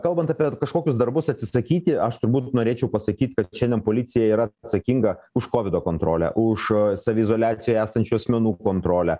kalbant apie kažkokius darbus atsisakyti aš turbūt norėčiau pasakyt kad šiandien policija yra atsakinga už kovido kontrolę už saviizoliacijoj esančių asmenų kontrolę